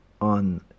on